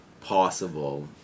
possible